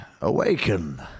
awaken